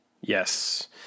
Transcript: Yes